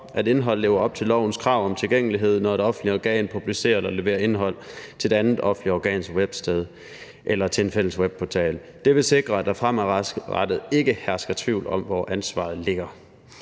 at indholdet lever op til lovens krav om tilgængelighed, når et offentligt organ publicerer eller leverer indhold til et andet offentligt organs websted eller til en fælles webportal. Det vil sikre, at der fremadrettet ikke hersker tvivl om, hvor ansvaret ligger.